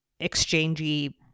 exchangey